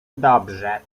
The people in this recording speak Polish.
dobrze